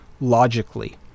logically